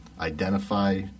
identify